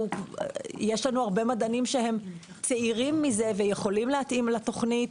יש לנו הרבה מדענים שהם צעירים מזה ויכולים להתאים לתוכנית,